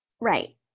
right